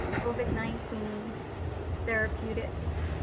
covid nineteen therapeutics